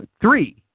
Three